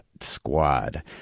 squad